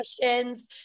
questions